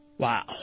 Wow